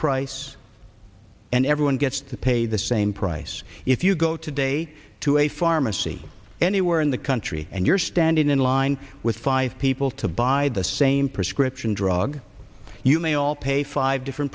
price and everyone gets to pay the same price if you go today to a pharmacy anywhere in the country and you're standing in line with five people to buy the same prescription drug you may all pay five different